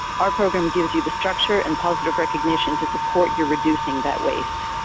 our program gives you the structure and positive recognition to support your reducing that waste.